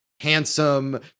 handsome